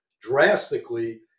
drastically